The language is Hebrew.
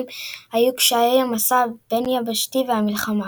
היו קשיי המסע הבין-יבשתי והמלחמה.